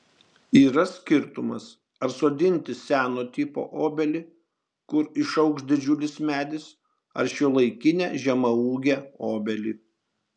yra skirtumas ar sodinti seno tipo obelį kur išaugs didžiulis medis ar šiuolaikinę žemaūgę obelį